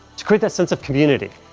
to create that sense of community,